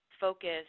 focus